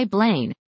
Blaine